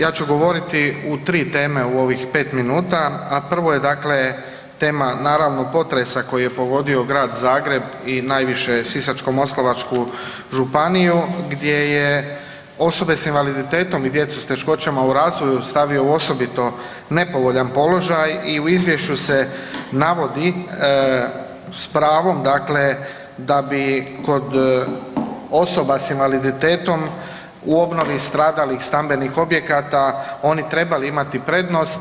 Ja ću govoriti u tri teme u ovih pet minuta, a prvo je tema naravno potresa koji je pogodio Grad Zagreb i najviše Sisačko-moslavačku županiju gdje je osobe s invaliditetom i djecu s teškoćama u razvoju stavio u osobito nepovoljan položaj i u izvješću se navodi s pravom da bi kod osoba s invaliditetom u obnovi stradalih stambenih objekata oni trebali imati prednost.